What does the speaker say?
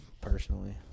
personally